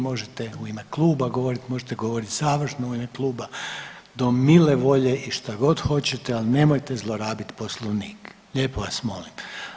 Možete u ime kluba govoriti, možete govoriti završno u ime kluba do mile volje i što god hoćete, ali nemojte zlorabiti Poslovnik lijepo vas molim.